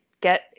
get